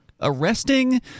arresting